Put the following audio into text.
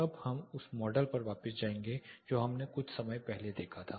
अब हम उस मॉडल पर वापस जाएंगे जो हमने कुछ समय पहले देखा था